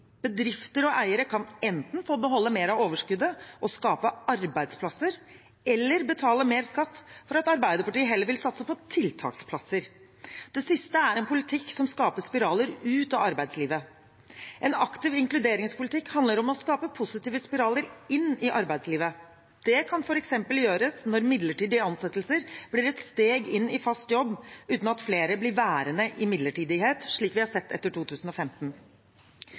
Bedrifter og eiere kan enten få beholde mer av overskuddet, og skape arbeidsplasser, eller betale mer skatt fordi Arbeiderpartiet heller vil satse på tiltaksplasser. Det siste er en politikk som skaper spiraler ut av arbeidslivet. En aktiv inkluderingspolitikk handler om å skape positive spiraler inn i arbeidslivet. Det kan f.eks. gjøres når midlertidige ansettelser blir et steg inn i fast jobb, uten at flere blir værende i midlertidighet, slik vi har sett etter 2015.